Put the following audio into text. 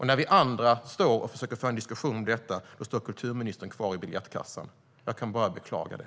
När vi andra står och försöker få en diskussion om detta står kulturministern kvar i biljettkassan. Jag kan bara beklaga det.